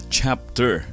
chapter